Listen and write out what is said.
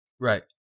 right